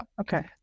Okay